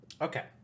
Okay